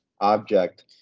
object